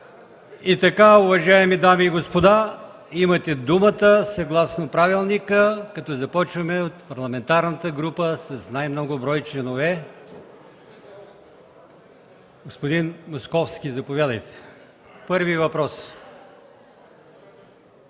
зала.) Уважаеми дами и господа, имате думата съгласно правилника. Започваме от парламентарната група с най-много членове. Господин Московски, заповядайте – първи въпрос.